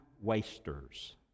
wasters